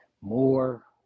more